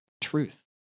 truth